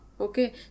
Okay